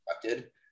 constructed